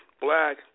black